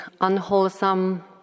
unwholesome